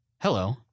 hello